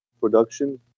production